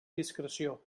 discreció